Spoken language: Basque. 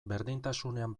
berdintasunean